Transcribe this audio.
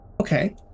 Okay